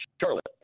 Charlotte